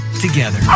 together